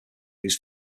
used